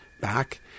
back